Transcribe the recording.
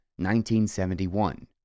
1971